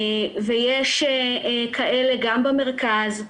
יש כאלה גם במרכז,